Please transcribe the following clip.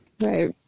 right